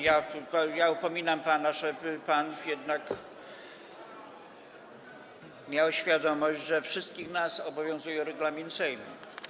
Ja upominam pana, żeby pan jednak miał świadomość, że wszystkich nas obowiązuje regulamin Sejmu.